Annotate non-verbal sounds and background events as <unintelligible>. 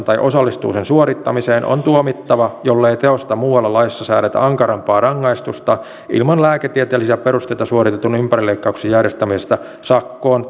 <unintelligible> tai osallistuu sen suorittamiseen on tuomittava jollei teosta muualla laissa säädetä ankarampaa rangaistusta ilman lääketieteellisiä perusteita suoritetun ympärileikkauksen järjestämisestä sakkoon <unintelligible>